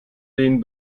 den